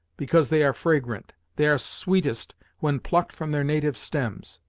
because they are fragrant they are sweetest when plucked from their native stems.